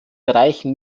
bereichen